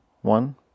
one